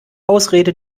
ausrede